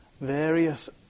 various